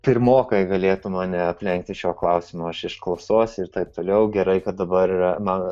pirmokai galėtų mane aplenkti šiuo klausimo aš iš klausos ir taip toliau gerai kad dabar man